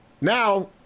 now